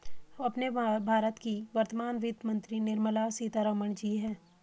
अपने भारत की वर्तमान वित्त मंत्री निर्मला सीतारमण जी हैं